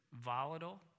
volatile